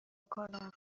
کنم